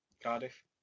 Cardiff